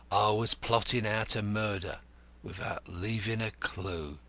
was plotting how to murder without leaving a clue.